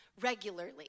regularly